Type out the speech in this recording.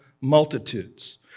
multitudes